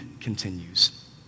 continues